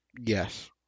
yes